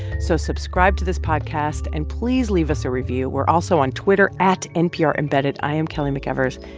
so subscribe to this podcast and please leave us a review. we're also on twitter at nprembedded. i'm kelly mcevers.